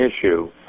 issue